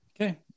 Okay